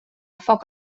foc